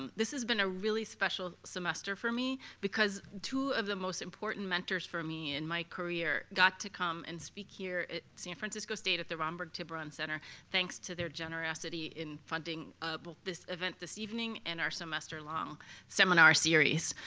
um this has been a really special semester for me because two of the most important mentors for me and my career got to come and speak here at san francisco state at the romberg tiburon center thanks to their generosity in funding both this event this evening and our semester-long seminar series.